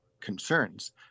concerns